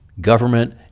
government